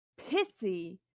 Pissy